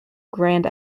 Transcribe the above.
grand